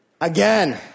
again